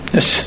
Yes